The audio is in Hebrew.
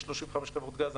יש 35 חברות גז,